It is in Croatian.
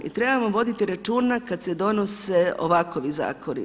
I trebamo voditi računa kada se donose ovakovi zakoni.